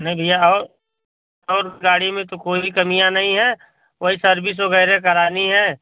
नहीं भैया और और गाड़ी में तो कोई भी कमियाँ नहीं हैं वहीं सर्विस वग़ैरह करानी है